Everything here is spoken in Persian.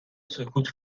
سکوت